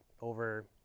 over